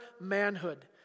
manhood